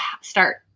start